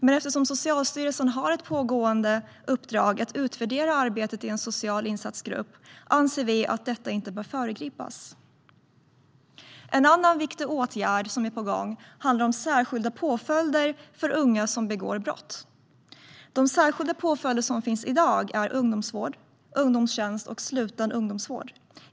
Men eftersom Socialstyrelsen har ett pågående uppdrag att utvärdera arbetet i en social insatsgrupp anser vi att detta inte bör föregripas. En annan viktig åtgärd som är på gång handlar om särskilda påföljder för unga som begår brott. De särskilda påföljder som finns i dag är ungdomsvård, ungdomstjänst och sluten ungdomsvård.